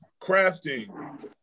crafting